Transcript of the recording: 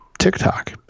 tiktok